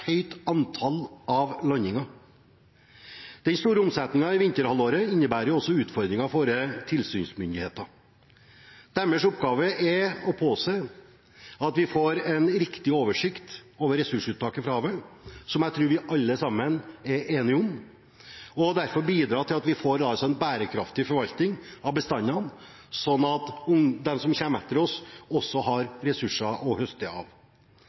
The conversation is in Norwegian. høyt antall av landingene. Den store omsetningen i vinterhalvåret innebærer også utfordringer for tilsynsmyndighetene. Deres oppgave er å påse at vi får en riktig oversikt over ressursuttaket fra havet, som jeg tror vi alle sammen er enige om, og derfor bidrar til at vi får en bærekraftig forvaltning av bestandene, slik at de som kommer etter oss, også har ressurser å høste av.